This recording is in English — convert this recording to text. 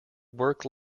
work